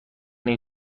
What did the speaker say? این